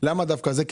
למה דווקא זאת?